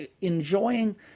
enjoying